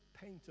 paint